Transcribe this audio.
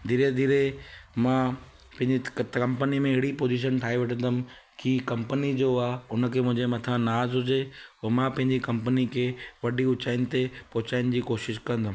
धीरे धीरे मां पंहिंजी कंपनी में हेड़ी पोज़ीशन ठाहे वठंदुमि की कंपनी जो आहे हुनखे मुंहिंजे मथां नाज़ हुजे पोइ मां पंहिंजी कंपनी खे वॾी ऊचाइनि ते पहुचाइण जी कोशिशि कंदुमि